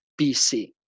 BC